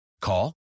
Call